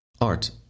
Art